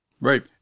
Right